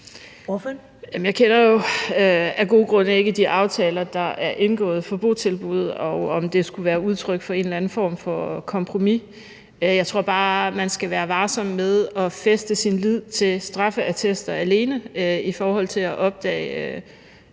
jeg kender jo af gode grunde ikke de aftaler, der er indgået for botilbud, og om det skulle være udtryk for en eller anden form for kompromis. Jeg tror bare, man skal være varsom med at fæste sin lid til straffeattester alene i forhold til at opdage